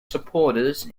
supporters